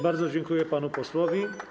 Bardzo dziękuję panu posłowi.